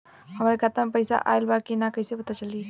हमरे खाता में पैसा ऑइल बा कि ना कैसे पता चली?